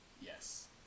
Yes